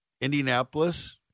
Indianapolis